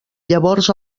llavors